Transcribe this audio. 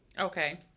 Okay